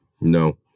No